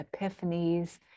epiphanies